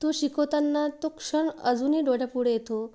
तो शिकवताना तो क्षण अजूनही डोळ्यापुढे येतो